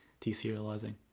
deserializing